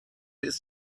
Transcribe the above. ist